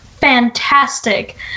fantastic